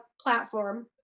platform